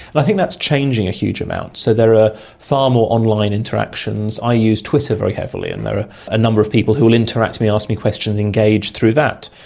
i think that's changing a huge amount. so there are far more online interactions. i use twitter very heavily, and there are a number of people who will interact with me, asked me questions, engage through that.